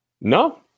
No